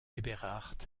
eberhard